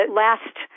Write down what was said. last